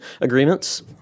agreements